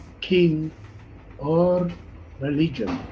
king or religion.